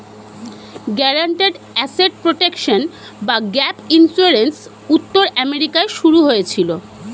guaranteed asset protection বা gap insurance উত্তর আমেরিকায় শুরু হয়েছিল